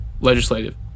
legislative